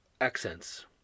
accents